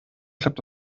klappt